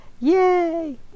Yay